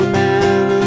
man